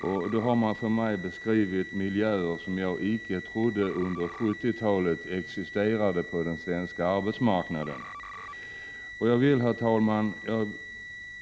Man har därvid för mig beskrivit miljöer som jag inte trodde existerade på den svenska arbetsmarknaden under 1970-talet.